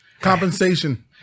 compensation